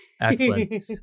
Excellent